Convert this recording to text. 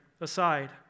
aside